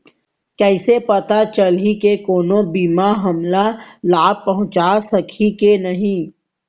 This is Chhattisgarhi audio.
कइसे पता चलही के कोनो बीमा हमला लाभ पहूँचा सकही के नही